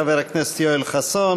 תודה לחבר הכנסת יואל חסון.